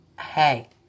hey